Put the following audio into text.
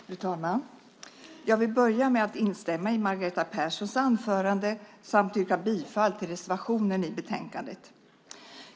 Fru talman! Jag vill börja med att instämma i Margareta Perssons anförande samt yrka bifall till reservationen i betänkandet.